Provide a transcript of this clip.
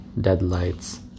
deadlights